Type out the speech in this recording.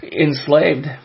enslaved